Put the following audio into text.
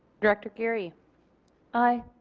director geary aye.